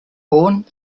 born